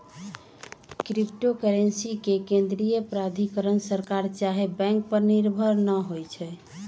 crypto currency के केंद्रीय प्राधिकरण सरकार चाहे बैंक पर निर्भर न होइ छइ